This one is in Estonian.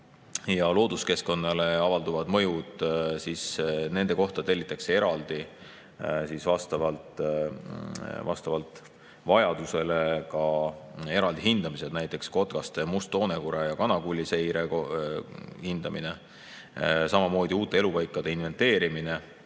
ja looduskeskkonnale avalduvate mõjude kohta tellitakse vastavalt vajadusele eraldi hindamised, näiteks kotkaste ja must-toonekure ja kanakulli seire hindamine. Samamoodi uute elupaikade inventeerimine.